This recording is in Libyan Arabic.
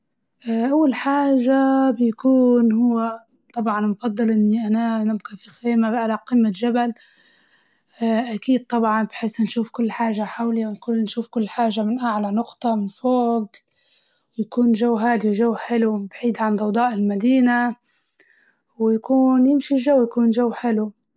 أول حاجة بيكون هو طبعاً نفضل إني أنا نبقى في خيمة على قمة جبل أكيد طبعاً بحيس نشوف كل حاجة حولي ونكون نشوف كل حاجة من أعلى نقطة فوق، ويكون جو هادي وجو حلو بعيد عن ضوضاء المدينة ويكون يمشي الجو يكون جو حلو.